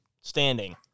standing